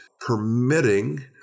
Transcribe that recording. permitting